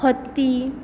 हत्ती